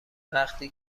وقتی